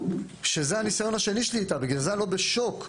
זה הניסיון השני שלי איתם ובגלל זה אני לא בשוק.